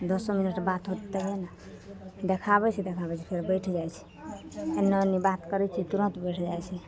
दसो मिनट बात होतै तभिए ने देखाबै छै देखाबै छै फेर बैठि जाइ छै एन्ने ओन्नी बात करै छिए तुरन्त बैठि जाइ छै